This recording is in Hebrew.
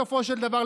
בסופו של דבר,